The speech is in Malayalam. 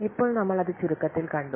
ഇപ്പോൾ നമ്മൾ അത് ചുരുക്കത്തിൽ കണ്ടു